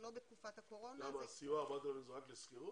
שלא בתקופת הקורונה --- הסיוע הבא תלוי רק בשכירות?